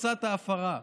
מצאת הפרה,